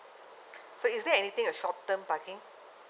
so is there anything like a short term parking